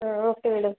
ಹಾಂ okay madam